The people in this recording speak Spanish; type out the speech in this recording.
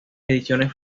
ediciones